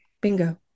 Bingo